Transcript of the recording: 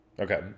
okay